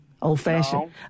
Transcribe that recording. Old-fashioned